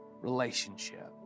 relationship